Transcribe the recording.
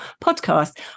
podcast